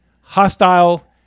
hostile